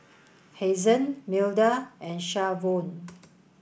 Hazen Milda and Shavonne